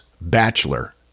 bachelor